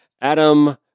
Adam